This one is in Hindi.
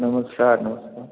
नमस्कार नमस्कार